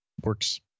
Works